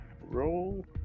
roll